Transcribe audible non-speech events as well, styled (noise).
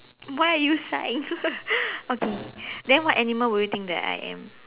why are you sighing (laughs) okay then what animal will you think that I am